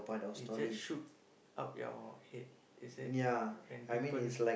it just shoot up your head is it when people